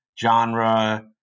genre